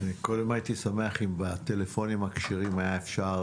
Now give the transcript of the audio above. הייתי שמח אם בטלפונים הכשרים היה קודם אפשר